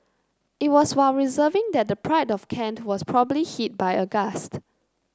it was while reversing that the Pride of Kent was probably hit by a gust